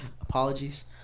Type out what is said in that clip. apologies